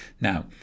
Now